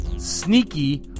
Sneaky